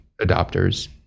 adopters